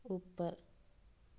ਉੱਪਰ